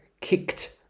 kicked